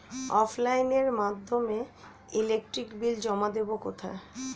অফলাইনে এর মাধ্যমে ইলেকট্রিক বিল জমা দেবো কোথায়?